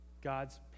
God's